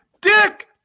Dick